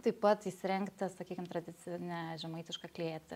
taip pat įsirengti sakykim tradicinę žemaitišką klėtį